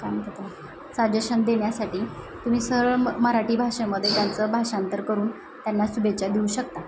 काय म्हणतात त्याला साजेशन देण्यासाठी तुम्ही सरळ म मराठी भाषेमध्ये त्यांचं भाषांतर करून त्यांना शुभेच्छा देऊ शकता